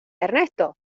ernesto